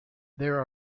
there